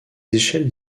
échelles